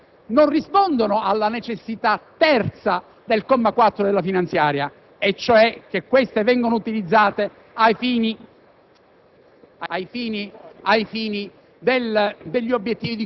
Le maggiori entrate che vengono ad essere utilizzate non rispondono alla necessità terza del comma 4 dell'articolo 1 della finanziaria, ossia che queste vengano utilizzate ai fini